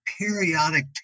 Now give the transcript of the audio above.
periodic